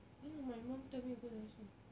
ya lah my mum tell me to go Daiso